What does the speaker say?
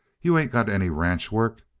you ain't got any ranch work.